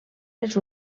les